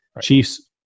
Chiefs